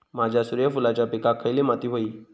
माझ्या सूर्यफुलाच्या पिकाक खयली माती व्हयी?